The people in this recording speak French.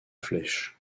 flèche